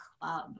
Club